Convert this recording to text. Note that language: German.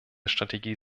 strategie